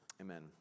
amen